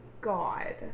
God